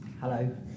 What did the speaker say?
Hello